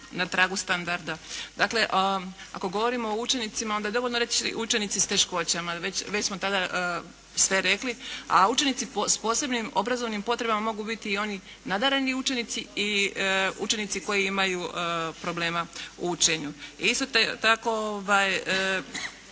na pragu standarda. Dakle, ako govorimo o učenicima, onda je dovoljno reći učenici s teškoćama. Već smo tada sve rekli. A učenici s posebnim obrazovnim potrebama mogu biti i oni nadareni učenici i učenici koji imaju problema u učenju. Isto tako